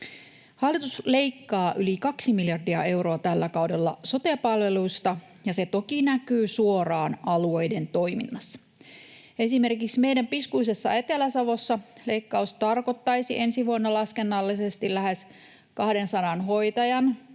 Hallitus leikkaa yli kaksi miljardia euroa tällä kaudella sote-palveluista, ja se toki näkyy suoraan alueiden toiminnassa. Esimerkiksi meidän piskuisessa Etelä-Savossa leikkaus tarkoittaisi ensi vuonna laskennallisesti lähes 200 hoitajan